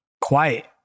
quiet